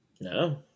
No